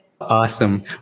Awesome